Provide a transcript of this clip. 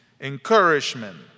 encouragement